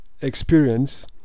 experience